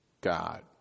god